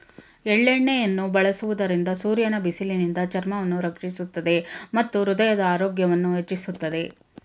ಎಳ್ಳೆಣ್ಣೆಯನ್ನು ಬಳಸುವುದರಿಂದ ಸೂರ್ಯನ ಬಿಸಿಲಿನಿಂದ ಚರ್ಮವನ್ನು ರಕ್ಷಿಸುತ್ತದೆ ಮತ್ತು ಹೃದಯದ ಆರೋಗ್ಯವನ್ನು ಹೆಚ್ಚಿಸುತ್ತದೆ